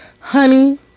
honey